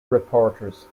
reporters